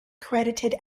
credited